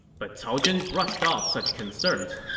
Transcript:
but cao zhen brushed off such concerns.